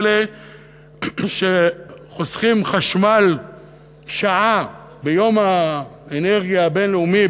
האלה שחוסכים חשמל שעה ביום האנרגיה הבין-לאומי,